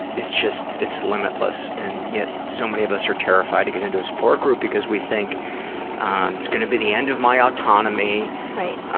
it's just, it's limitless, and yet so many of us are terrified to get into a support group because we think and it's going to be the end of my autonomy laura right.